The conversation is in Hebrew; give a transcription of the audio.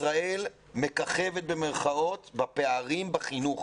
ישראל מככבת במרכאות בפערים בחינוך